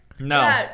No